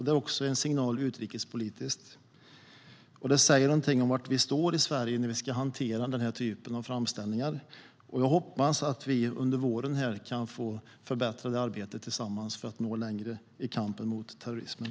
Det är en signal utrikespolitiskt. Det säger något om var vi i Sverige står när vi ska hantera den här typen av framställningar. Jag hoppas att vi under våren kan förbättra det arbetet tillsammans för att nå längre i kampen mot terrorismen.